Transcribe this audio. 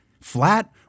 flat